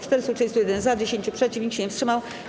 431 - za, 10 - przeciw, nikt się nie wstrzymał.